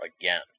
again